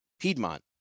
Piedmont